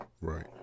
Right